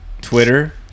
Twitter